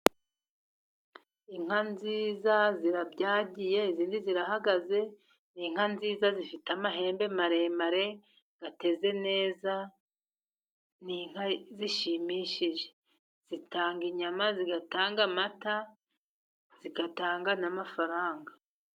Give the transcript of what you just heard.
Inka nziza zirabyagiye izindi zirahagaze. Ni inka nziza zifite amahembe maremare ateze neza. Ni inka zishimishije. Zitanga inyama, zigatanga amata, zigatanga n'amafaranga.